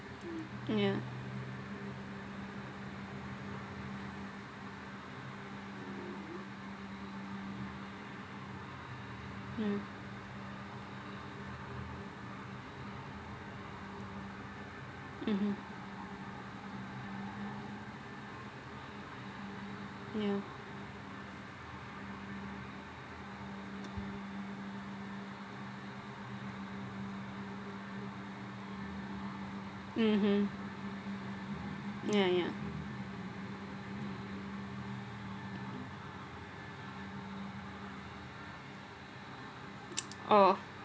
ya mm mmhmm ya mmhmm ya ya oh